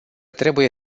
trebuie